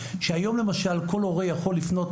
שהיום למשל כל הורה יכול לפנות